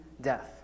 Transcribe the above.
death